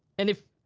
and if,